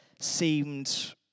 seemed